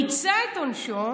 ריצה את עונשו,